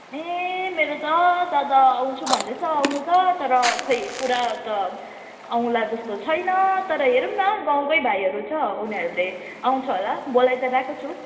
ए मेरो त दादा आउँछु भन्दैछ आउनु त तर खोइ कुरा त आउँला जस्तो छैन तर हेरौँ न गाउँकै भाइहरू छ उनीहरू आउँछ होला बोलाइ त रहेको छु